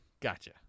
Gotcha